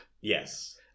Yes